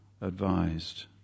advised